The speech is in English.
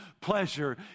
pleasure